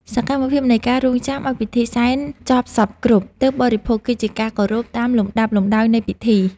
សកម្មភាពនៃការរង់ចាំឱ្យពិធីសែនចប់សព្វគ្រប់ទើបបរិភោគ គឺជាការគោរពតាមលំដាប់លំដោយនៃពិធី។